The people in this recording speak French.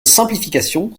simplification